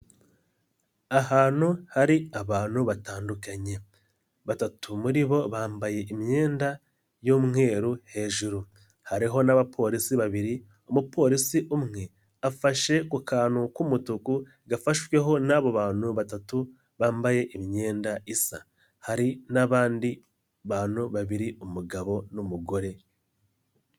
Ahantu hari abantu batandukanye batatu muri bo bambaye imyenda y'umweru hejuru, hariho n'abapolisi babiri, umupolisi umwe afashe ku kantu k'umutuku gafashweho n'abo bantu batatu bambaye imyenda isa, hari n'abandi bantu babiri umugabo n'umugore.